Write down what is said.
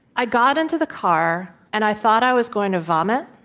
i got into the car, and i thought i was going to vomit.